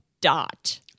Dot